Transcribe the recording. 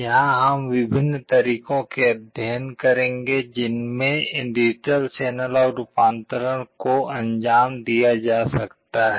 यहां हम विभिन्न तरीकों का अध्ययन करेंगे जिनमें डिजिटल से एनालॉग रूपांतरण को अंजाम दिया जा सकता है